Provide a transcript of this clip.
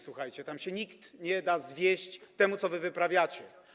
Słuchajcie, tam się nikt nie da zwieść temu, co wy wyprawiacie.